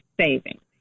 savings